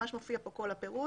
ממש מופיע כאן על הפירוט,